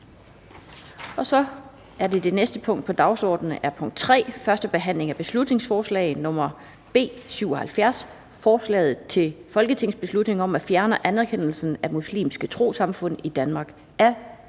vedtaget. --- Det næste punkt på dagsordenen er: 3) 1. behandling af beslutningsforslag nr. B 77: Forslag til folketingsbeslutning om at fjerne anerkendelsen af muslimske trossamfund i Danmark.